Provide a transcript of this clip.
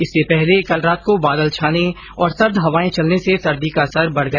इससे पहले कल रात को बादल छाने और सर्द हवाए चलने से सर्दी का असर बढ़ गया